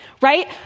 right